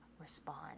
respond